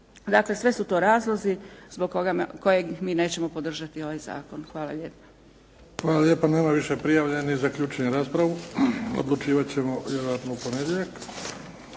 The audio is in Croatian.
Dakle sve su to razlozi zbog koga, zbog kojeg mi nećemo podržati ovaj zakon. Hvala lijepa. **Bebić, Luka (HDZ)** Hvala lijepa. Nema više prijavljenih. Zaključujem raspravu. Odlučivat ćemo vjerojatno u ponedjeljak.